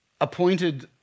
appointed